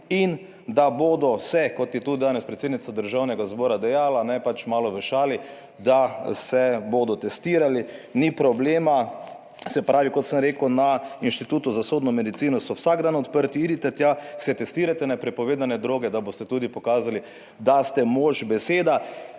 In da bodo se, kot je tudi danes predsednica Državnega zbora dejala, ne, pač malo v šali. Da se bodo testirali, ni problema, se pravi, kot sem rekel, na Inštitutu za sodno medicino so vsak dan odprti idite tja, se testirate na prepovedane droge, da boste tudi pokazali, da ste mož beseda.